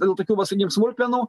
dėl tokių vat sakykim smulkmenų